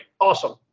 Awesome